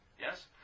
Yes